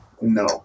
No